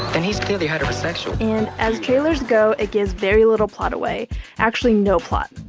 and he's clearly heterosexual and as trailers go, it gives very little plot away actually, no plot.